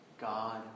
God